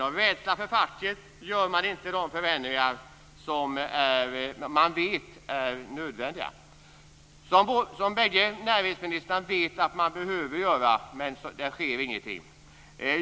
Av rädsla för facket gör de inte de förändringar som de vet är nödvändiga och som bägge näringsministrarna vet behöver göras. Men man gör ingenting.